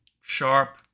Sharp